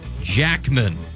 Jackman